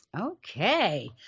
okay